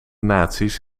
naties